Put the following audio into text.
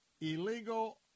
illegal